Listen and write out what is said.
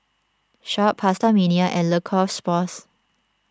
Sharp PastaMania and Le Coq Sportif